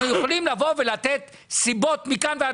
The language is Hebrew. אנחנו יכולים לבוא ולתת סיבות מכאן ועד